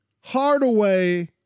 Hardaway